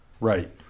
Right